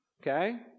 okay